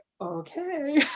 okay